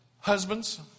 husbands